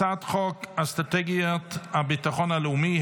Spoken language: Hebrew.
הצעת חוק אסטרטגיית הביטחון הלאומי,